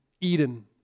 Eden